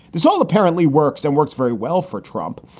this all apparently works and works very well for trump,